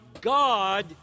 God